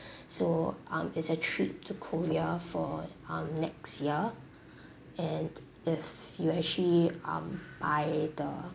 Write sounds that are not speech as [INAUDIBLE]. [BREATH] so um is a trip to korea for um next year and if you actually um buy the